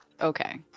Okay